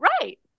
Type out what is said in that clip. right